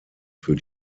für